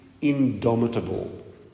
indomitable